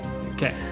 okay